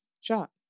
shot